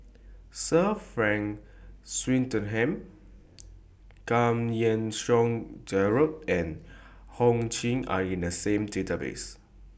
Sir Frank Swettenham Giam Yean Song Gerald and Ho Ching Are in The Database